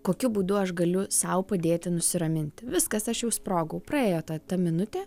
kokiu būdu aš galiu sau padėti nusiraminti viskas aš jau sprogau praėjo ta ta minutė